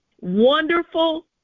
Wonderful